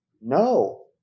No